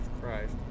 Christ